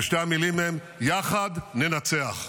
ושתי המילים הן: יחד ננצח.